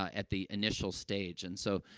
ah at the initial stage. and so,